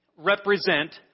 ...represent